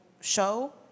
show